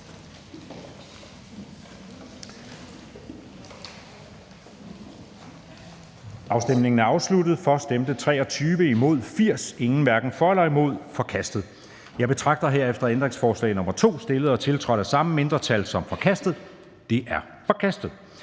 hverken for eller imod stemte 0. Ændringsforslaget er forkastet. Jeg betragter herefter ændringsforslag nr. 2, stillet og tiltrådt af samme mindretal, som forkastet. Det er forkastet.